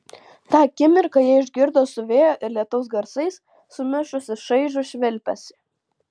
tą akimirką jie išgirdo su vėjo ir lietaus garsais sumišusį šaižų švilpesį